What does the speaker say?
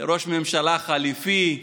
ראש ממשלה חליפי,